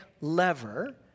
lever